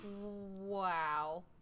wow